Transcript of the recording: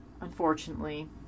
Unfortunately